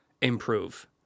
improve